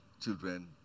children